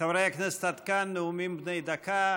חברי הכנסת, עד כאן נאומים בני דקה.